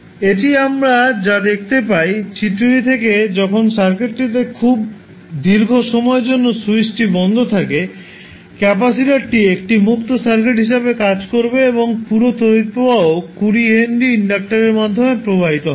এটি আমরা যা দেখতে পাই চিত্রটি থেকে যখন সার্কিটটিতে খুব দীর্ঘ সময়ের জন্য স্যুইচটি বন্ধ থাকে ক্যাপাসিটারটি একটি মুক্ত সার্কিট হিসাবে কাজ করবে এবং পুরো তড়িৎ প্রবাহ 20 হেনরি ইন্ডাক্টরের মাধ্যমে প্রবাহিত হবে